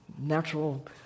natural